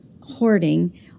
hoarding